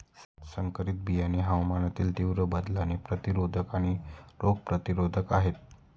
संकरित बियाणे हवामानातील तीव्र बदलांना प्रतिरोधक आणि रोग प्रतिरोधक आहेत